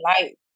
light